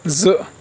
زٕ